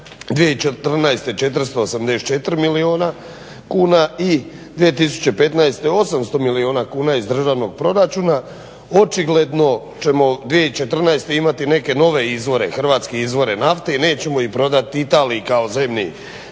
2014. 484 milijuna kuna i 2015. 800 milijuna kuna iz državnog proračuna, očigledno ćemo 2014.imati neke nove izvore hrvatske izvore nafte i nećemo ih prodati Italiji kao zemni